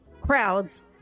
crowds